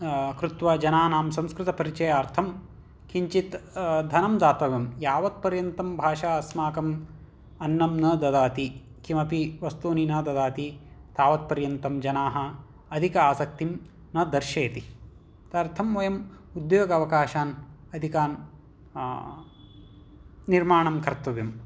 कृत्वा जनानां संस्कृतपरिचयार्थं किञ्चित् धनं दातव्यं यावत्पर्यन्तं भाषा अस्माकम् अन्नं न ददाति किमपि वस्तूनि न ददाति तावत्पर्यन्तं जनाः अधिक आसक्तिं न दर्शयति तदर्थं वयम् उद्योगावकाशान् अधिकान् निर्माणं कर्तव्यं